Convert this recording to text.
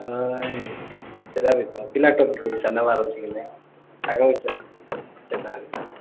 ହଁ ଇଏ ସେଇଟା ବି ତ ପିଲାଟାକୁ ବି କିସ ନେବାର ଅଛି ବୋଲେ ଆଗକୁ ଅଛି ସେଇଟା ବି